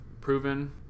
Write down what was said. proven